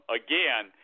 again